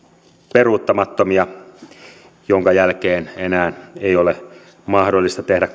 peruuttamattomia minkä jälkeen enää ei ole mahdollista tehdä